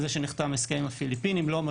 זה שנחתם הסכם עם הפיליפינים לא אומר